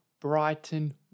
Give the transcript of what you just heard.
Brighton